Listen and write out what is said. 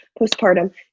postpartum